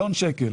הבהרות.